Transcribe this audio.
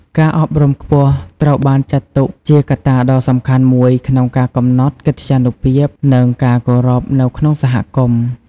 ការអប់រំខ្ពស់ត្រូវបានចាត់ទុកជាកត្តាដ៏សំខាន់មួយក្នុងការកំណត់កិត្យានុភាព និងការគោរពនៅក្នុងសហគមន៍។